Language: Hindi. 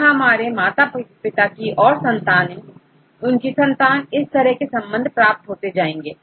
यहां हमें माता पिता की और संतान उनकी संतान इस तरह संबंध प्राप्त होता जाएगा